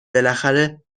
بالاخره